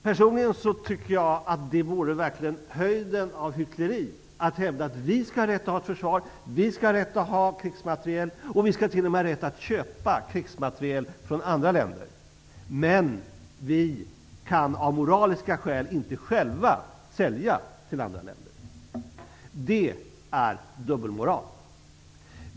Personligen tycker jag att det vore höjden av hyckleri att hävda att vi skall ha rätt att ha ett försvar, att ha krigsmateriel och t.o.m. rätt att köpa krigsmateriel från andra länder, men av moraliska skäl kan vi inte själva sälja till andra länder. Det är dubbelmoral.